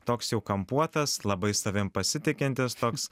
toks jau kampuotas labai savim pasitikintis toks